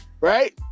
right